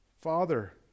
father